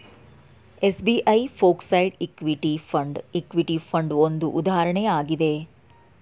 SBI focused equity fund, equity fund ಒಂದು ಉದಾಹರಣೆ ಆಗಿದೆ